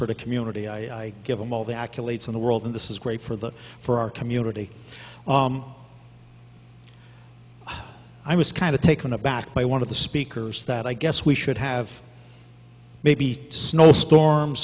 for the community i give them all the accolades in the world and this is great for them for our community i was kind of taken aback by one of the speakers that i guess we should have maybe snow storm